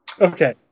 Okay